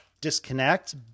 disconnect